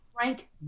frank